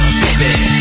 baby